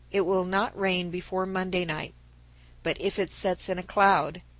it will not rain before monday night but if it sets in a cloud,